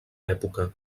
època